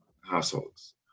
households